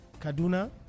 Kaduna